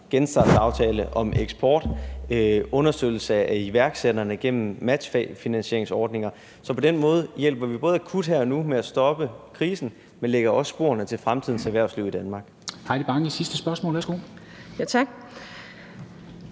genstartsaftale om eksport, understøttelse af iværksætterne gennem matchfinansieringsordninger. Så på den måde hjælper vi både akut her og nu med at stoppe krisen, men vi lægger også sporene til fremtidens erhvervsliv i Danmark.